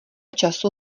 času